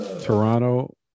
Toronto